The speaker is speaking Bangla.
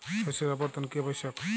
শস্যের আবর্তন কী আবশ্যক?